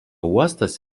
uostas